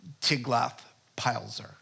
Tiglath-Pileser